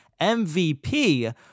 MVP